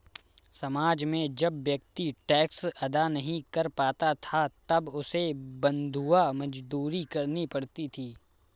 समाज में जब व्यक्ति टैक्स अदा नहीं कर पाता था तब उसे बंधुआ मजदूरी करनी पड़ती थी